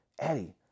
Eddie